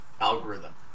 algorithm